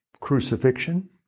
crucifixion